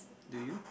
do you